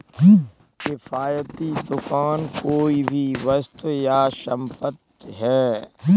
किफ़ायती दुकान कोई भी वस्तु या संपत्ति है